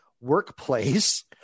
workplace